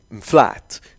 flat